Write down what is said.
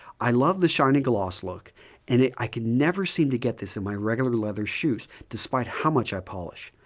i love the shiny gloss look and i i could never seem to get this in my regular leather shoes despite how much i polish.